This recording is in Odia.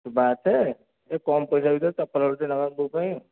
ବାଛେ ଏ କମ୍ ପଇସା ଭିତରେ ଚପଲ ହଳଟେ ନେବା ବୋଉ ପାଇଁ